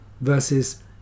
versus